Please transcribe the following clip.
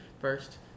first